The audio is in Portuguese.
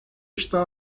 estar